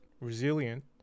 resilient